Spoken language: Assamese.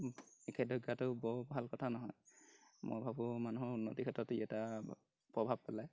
নিষেধাজ্ঞাটো বৰ ভাল কথা নহয় মই ভাবোঁ মানুহৰ উন্নতিৰ ক্ষেত্ৰত ই এটা প্ৰভাৱ পেলায়